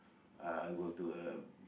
uh go to a